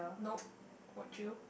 nope would you